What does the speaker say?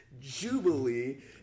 Jubilee